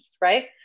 right